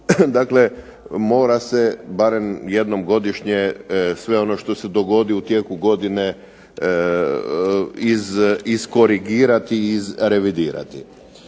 dakle, mora se barem jednom godišnje sve ono što se dogodi u tijeku godine iskorigirati i izrevidirati.